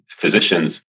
physicians